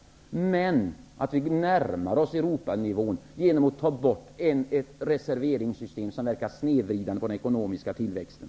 Vänsterpartiet vill däremot att vi närmar oss Europanivån genom att ta bort ett reserveringssystem som verkar snedvridande på den ekonomiska tillväxten.